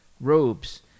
robes